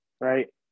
Right